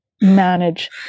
manage